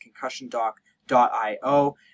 concussiondoc.io